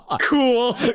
Cool